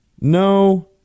no